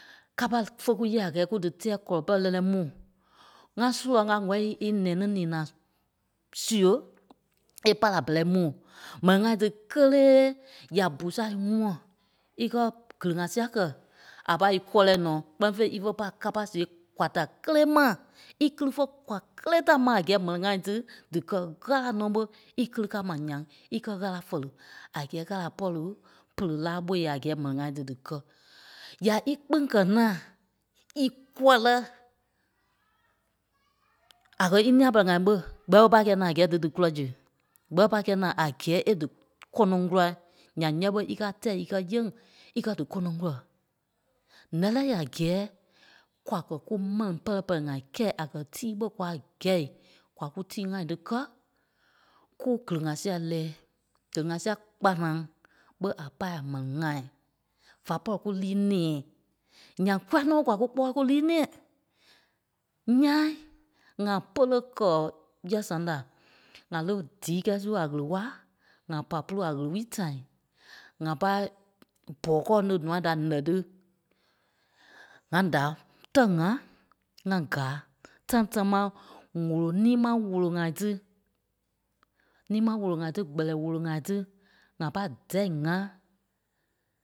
Kâpa fé kú yêei a gɛ́ɛ kúu dí tɛ́ɛ kɔlɔ pɛrɛ lɛ́lɛɛ mu. ŋá surɔ̂ŋ a ŋ̀wɛ̂lii é nɛnî nina siɣe é pâ la bɛ́rɛi mu. m̀ɛni ŋai tí kélee ya bu sâa í ŋûa íkɛ gili ŋa sia kɛ, a pâi í kɔlɛi nɔ́. Kpɛ́ni fêi ífe pâi kâpa siɣêi kwaa da kélee ma, íkili fé kwaa kélee da ma a gɛ́ɛ m̀ɛni ŋai tí dí kɛ́, ɣâla nɔ́ ɓé íkili káa ma ǹyaŋ íkɛ ɣâla fɛli a gɛ́ɛ ɣâla a pɔ̂ri pere lá ɓói yɛ a gɛ́ɛ m̀ɛni ŋai tí díkɛ. Ya í kpîŋ kɛ̀ naa í kɔ́lɛ, a kɛ̀ í nîa pɛlɛɛ ŋai ɓe pâi kɛ́i na a gɛ́ɛ dí dí kula zu? Gbɛ̂ɛ ɓé pâi kɛ́ naa a gɛ́ɛ é dí kɔ́nɔŋ kúlai, ǹyaŋ yá ɓé íkaa tɛ́i íkɛ yèŋ íkɛ dí kɔ́nɔŋ kula. Nɛ́lɛɛi a gɛ́ɛ kwa kɛ̀ kú maŋ pɛlɛ ŋai kɛ̂i a kɛ̀ tíi ɓé kwa gɛ̂i, kwa kú tíi ŋai tí kɛ́ kú gili ŋa sîai lɛɛ. Gili ŋa sia kpanaŋ ɓé a pâ a m̀ɛni ŋai, va pɔ̂ri kú líi nɛ̃ɛi, ǹyaŋ kúa nɔ́ ɓé kwa kú kpɔ́ɔi kú líi nɛ̃ɛ. Ńyãa ŋa pêle kɛ̀ yɛ̂ɛ sɛŋ da, ŋa li díi kɛ́ɛi su a ɣele wala, ŋa pâ pôlu a ɣele wulii tãi, ŋa pâi bɔkɔɔ̂ŋ tí nûai da nɛ̀ tí ŋá da tɛ́ ŋâ ŋá gáa. Tãi támaa ŋolo, ńii ma wulo ŋai tí, ńii ma wulo ŋai tí, Gbɛlɛɛ wulo ŋai tí ŋa pâi dɛ̂i ŋâ.